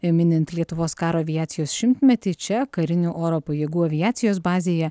minint lietuvos karo aviacijos šimtmetį čia karinių oro pajėgų aviacijos bazėje